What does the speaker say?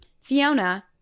Fiona